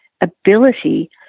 ability